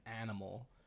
animal